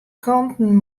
kanten